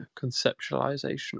conceptualization